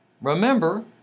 remember